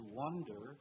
wonder